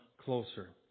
closer